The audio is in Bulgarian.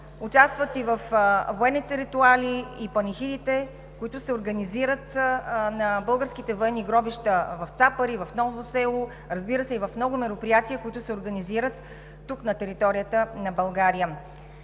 Участват във военните ритуали и панихидите, които се организират на българските военни гробища в Цапари, в Ново село, разбира се, и в много мероприятия, които се организират на територията на България.